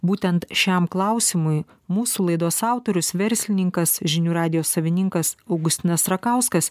būtent šiam klausimui mūsų laidos autorius verslininkas žinių radijo savininkas augustinas rakauskas